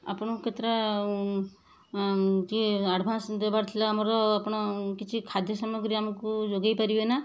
ଆପଣଙ୍କୁ କେତେଟା କିଏ ଆଡ଼ଭାନ୍ସ ଦେବାର ଥିଲା ଆମର ଆପଣ କିଛି ଖାଦ୍ୟ ସାମଗ୍ରୀ ଆମକୁ ଯୋଗାଇ ପାରିବେ ନା